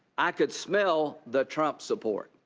i could smell the trump support.